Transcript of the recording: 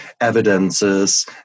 evidences